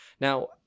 now